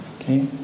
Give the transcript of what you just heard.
okay